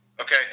Okay